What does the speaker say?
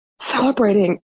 celebrating